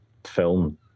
film